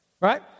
right